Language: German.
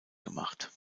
gemacht